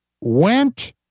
went